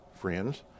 friends